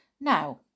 Now